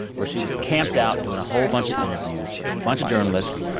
where she was camped out doing a whole bunch of interviews with a bunch of journalists,